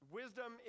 wisdom